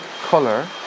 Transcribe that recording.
color